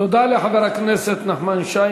תודה לחבר הכנסת נחמן שי.